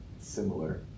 similar